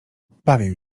bawię